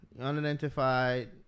unidentified